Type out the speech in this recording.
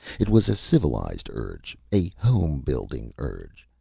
it was a civilized urge, a home-building urge,